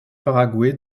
paraguay